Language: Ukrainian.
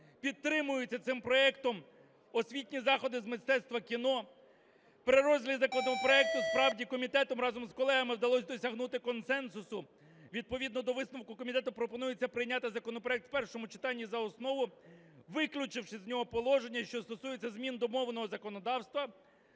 підтримуються цим проектом освітні заходи з мистецтва кіно. При розгляді законопроекту справді комітетом разом з колегами, вдалося досягнути консенсусу. Відповідно до висновку комітету пропонується прийняти законопроект у першому читанні за основу, виключивши з нього положення, що стосується змін до мовного законодавства,